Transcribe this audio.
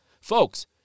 folks